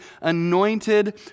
anointed